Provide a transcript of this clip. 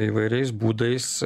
įvairiais būdais